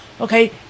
okay